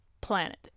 planet